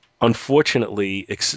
Unfortunately